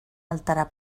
alterar